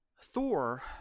Thor